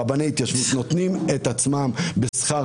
רבני ההתיישבות נותנים את עצמם בשכר